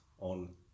on